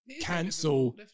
cancel